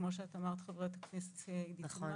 כמו שאת אמרת חברת הכנסת סילמן,